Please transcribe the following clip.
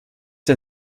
der